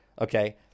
okay